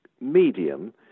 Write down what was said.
medium